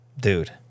Dude